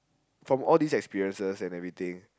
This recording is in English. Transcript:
from all these experiences and everything